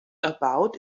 about